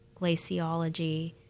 glaciology